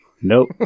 nope